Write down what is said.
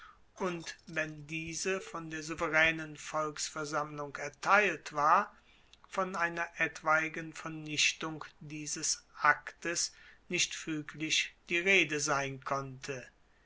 und wenn diese von der souveraenen volksversammlung erteilt war von einer etwaigen vernichtung dieses aktes nicht fueglich die rede sein konnte